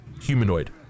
humanoid